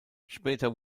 später